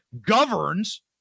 governs